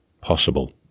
possible